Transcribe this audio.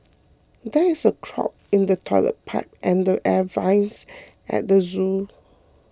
there is a clog in the Toilet Pipe and the Air Vents at the zoo